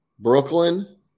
Brooklyn